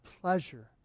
pleasure